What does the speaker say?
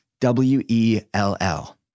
W-E-L-L